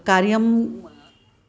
कार्यम्